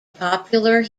popular